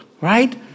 Right